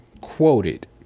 quoted